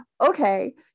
okay